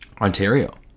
Ontario